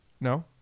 No